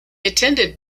attended